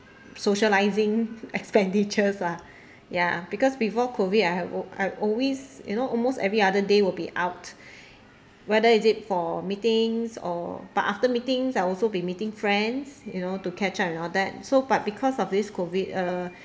socialising expenditures ah ya because before COVID I have I always you know almost every other day will be out whether is it for meetings or but after meetings I'll also be meeting friends you know to catch up and all that so but because of this COVID uh